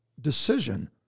decision